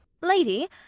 lady